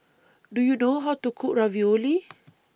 Do YOU know How to Cook Ravioli